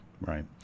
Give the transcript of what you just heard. Right